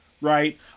right